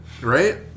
Right